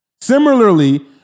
Similarly